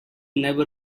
never